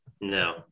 No